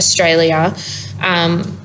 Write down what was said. Australia